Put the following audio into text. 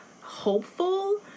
hopeful